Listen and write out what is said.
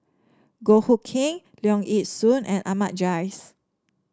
Goh Hood Keng Leong Yee Soo and Ahmad Jais